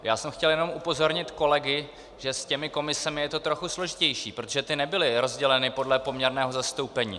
Já jsem chtěl jenom upozornit kolegy, že s těmi komisemi je to trochu složitější, protože ty nebyly rozděleny podle poměrného zastoupení.